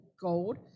Gold